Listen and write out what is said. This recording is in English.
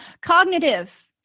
Cognitive